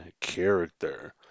character